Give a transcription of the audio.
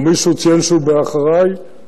אה, את ב"אחרי"?